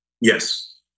Yes